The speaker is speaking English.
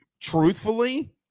truthfully